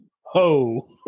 Ho